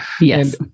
Yes